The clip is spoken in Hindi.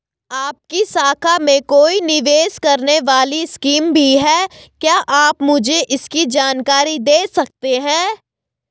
आपकी शाखा में कोई निवेश करने वाली स्कीम भी है क्या आप मुझे इसकी जानकारी दें सकते हैं?